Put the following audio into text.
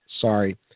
Sorry